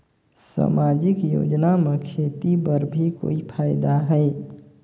समाजिक योजना म खेती बर भी कोई फायदा है?